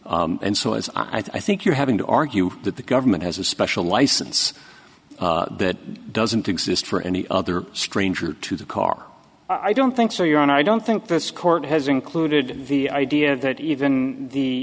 as i think you're having to argue that the government has a special license that doesn't exist for any other stranger to the car i don't think so your honor i don't think this court has included the idea that even